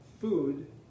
food